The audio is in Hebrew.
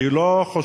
שהיא לא חושבת,